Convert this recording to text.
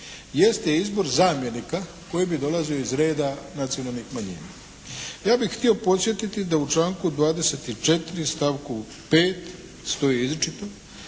jeste izbor zamjenika koji bi dolazio iz reda nacionalnih manjina. Ja bih htio podsjetiti da u članku 24. stavku 5., stoji izričito,